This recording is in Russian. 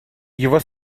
его